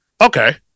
Okay